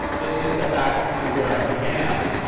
just to step back to where i began,